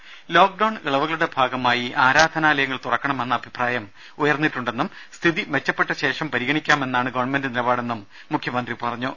രുമ ലോക്ക്ഡൌൺ ഇളവുകളുടെ ഭാഗമായി ആരാധനാലയങ്ങൾ തുറക്കണമെന്ന അഭിപ്രായം ഉയർന്നിട്ടുണ്ടെന്നും സ്ഥിതി മെച്ചപ്പെട്ട ശേഷം പരിഗണിക്കാമെന്നാണ് ഗവൺമെന്റ് നിലപാടെന്നും മുഖ്യമന്ത്രി പറഞ്ഞു